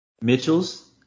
Mitchells